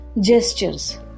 Gestures